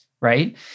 right